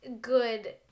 good